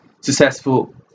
successful